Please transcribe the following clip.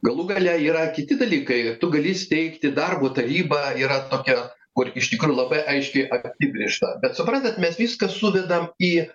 galų gale yra kiti dalykai tu gali steigti darbo taryba yra tokia kur iš tikrųjų labai aiškiai apibrėžta bet suprantat mes viską suvedam į